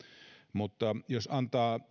mutta jos antaa